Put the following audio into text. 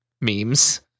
Memes